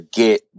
get